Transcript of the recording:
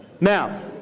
Now